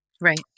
Right